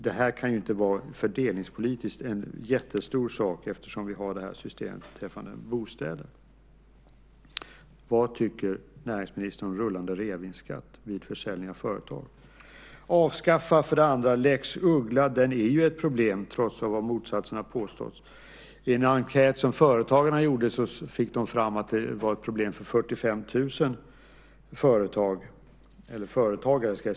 Det kan inte vara fördelningspolitiskt en jättestor sak eftersom vi har det systemet beträffande bostäder. Vad tycker näringsministern om rullande reavinstskatt vid försäljning av företag? Avskaffa lex Uggla. Det är ett problem trots att motsatsen har påståtts. I en enkät som Företagarna gjorde fick de fram att det var ett problem för 45 000 företagare.